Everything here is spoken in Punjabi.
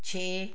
ਛੇ